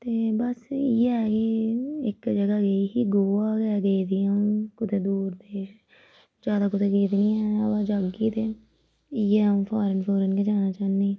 ते बस इ'यै ऐ कि इक जगह् गेई ही गोवा गै गेदी आं अ'ऊं कुदै दूर देश गेदी ज्यादा कुतै गेदी नि आं जाह्गी ते इ'यै अ'ऊं फारेन फ़ूरन गै जाना चाहन्नी आं